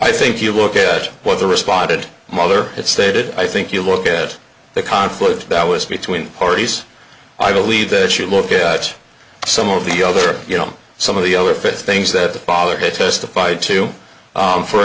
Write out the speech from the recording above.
i think you look at what the responded mother had stated i think you look at the conflict that was between parties i believe that you look at some of the other you know some of the other fit things that the father had testified to